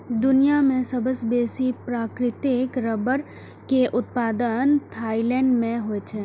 दुनिया मे सबसं बेसी प्राकृतिक रबड़ के उत्पादन थाईलैंड मे होइ छै